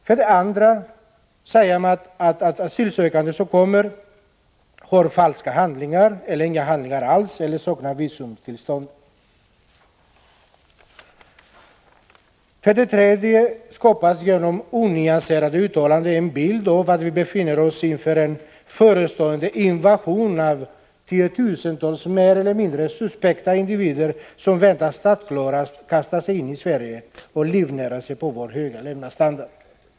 För det andra säger man att asylsökande som kommer har falska handlingar, inga handlingar alls eller saknar visumtillstånd. För det tredje skapas genom onyanserade uttalanden en bild av att vi befinner oss inför en förestående invasion av tiotusentals mer eller mindre suspekta individer som väntar startklara att kasta sig in i Sverige och livnära sig på vår höga levnadsstandard.